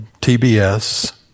TBS